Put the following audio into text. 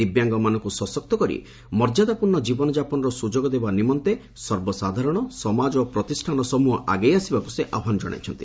ଦିବ୍ୟାଙ୍ଗମାନଙ୍କୁ ସଶକ୍ତ କରି ମର୍ଯ୍ୟାଦାପୂର୍ଣ୍ଣ ଜୀବନ ଯାପନର ସୁଯୋଗ ଦେବା ନିମନ୍ତେ ସର୍ବସାଧାରଣ ସମାଜ ଓ ପ୍ରତିଷ୍ଠାନ ସମ୍ଭହ ଆଗେଇ ଆସିବାକୁ ସେ ଆହ୍ବାନ ଜଣାଇଛନ୍ତି